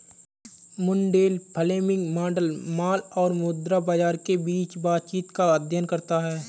Mundell Fleming model माल और मुद्रा बाजार के बीच बातचीत का अध्ययन करता है